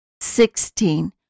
Sixteen